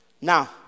Now